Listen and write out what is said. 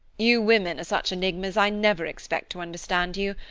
you women are such enigmas i never expect to understand you!